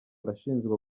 arashinjwa